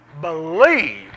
believe